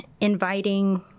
inviting